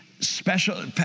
special